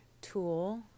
tool